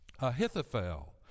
Ahithophel